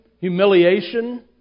humiliation